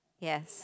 yes